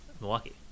Milwaukee